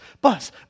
bus